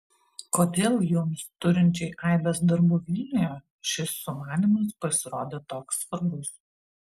kodėl jums turinčiai aibes darbų vilniuje šis sumanymas pasirodė toks svarbus